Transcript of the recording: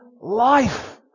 life